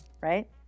right